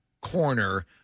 corner